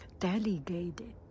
Delegated